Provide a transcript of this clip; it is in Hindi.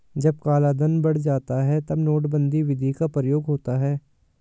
जब कालाधन बढ़ जाता है तब नोटबंदी विधि का प्रयोग होता है